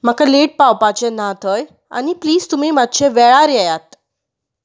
म्हाका लेट पावपाचे ना थंय आनी प्लिज तुमी मातशे वेळार येयात